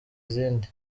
izindi